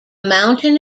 mountain